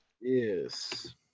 Yes